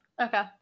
Okay